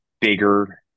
bigger